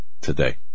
today